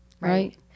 Right